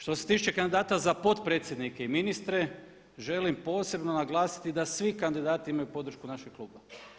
Što se tiče kandidata za potpredsjednike i ministre želim posebno naglasiti da svi kandidati imaju podršku našeg kluba.